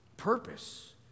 purpose